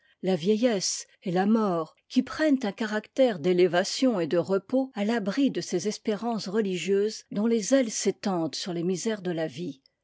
la vieillesse et la mort qui prennent un caractère d'élévation et de repos à l'abri de ces espérances religieuses dont les ailes s'étendent sur les misères de la vie